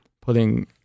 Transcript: putting